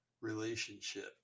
relationship